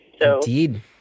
Indeed